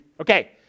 Okay